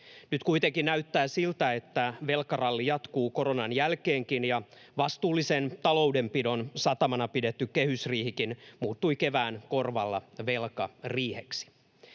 Nyt kuitenkin näyttää siltä, että velkaralli jatkuu koronan jälkeenkin, ja vastuullisen taloudenpidon satamana pidetty kehysriihikin muuttui kevään korvalla velkariiheksi.